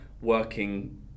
working